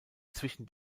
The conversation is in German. zwischen